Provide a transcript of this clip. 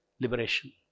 liberation